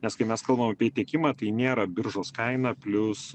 nes kai mes kalbam apie tiekimą tai nėra biržos kaina plius